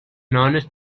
honest